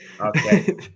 Okay